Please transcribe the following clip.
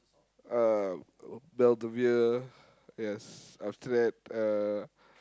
uh Belvoir yes after that uh